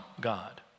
God